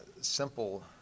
simple